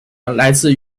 来自